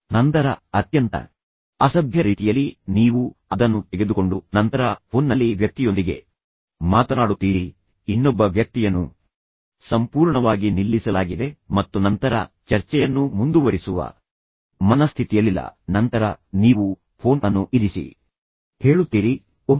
ಆದ್ದರಿಂದ ನೀವು ಮತ್ತು ನಂತರ ಅತ್ಯಂತ ಅಸಭ್ಯ ರೀತಿಯಲ್ಲಿ ನೀವು ಅದನ್ನು ತೆಗೆದುಕೊಂಡು ನಂತರ ಫೋನ್ನಲ್ಲಿ ವ್ಯಕ್ತಿಯೊಂದಿಗೆ ಮಾತನಾಡುತ್ತೀರಿ ಇನ್ನೊಬ್ಬ ವ್ಯಕ್ತಿಯನ್ನು ಸಂಪೂರ್ಣವಾಗಿ ನಿಲ್ಲಿಸಲಾಗಿದೆ ಮತ್ತು ನಂತರ ಚರ್ಚೆಯನ್ನು ಮುಂದುವರಿಸುವ ಮನಸ್ಥಿತಿಯಲ್ಲಿಲ್ಲ ನಂತರ ನೀವು ಫೋನ್ ಅನ್ನು ಇರಿಸಿ ಮತ್ತು ನಂತರ ನೀವು ಹೇಳುತ್ತೀರಿ ಓಹ್